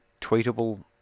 tweetable